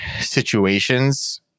situations